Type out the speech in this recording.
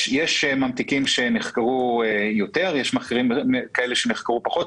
יש ממתיקים שנחקרו יותר, יש ממתיקים שנחקרו פחות.